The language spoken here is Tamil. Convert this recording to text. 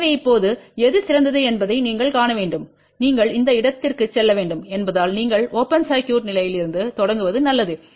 எனவே இப்போது எது சிறந்தது என்பதை நீங்கள் காண வேண்டும் நீங்கள் இந்த இடத்திற்கு செல்ல வேண்டும் என்பதால் நீங்கள் ஓபன் சர்க்யூட் நிலையில் இருந்து தொடங்குவது நல்லது